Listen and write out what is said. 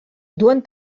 duen